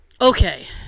Okay